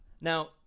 Now